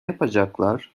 yapacaklar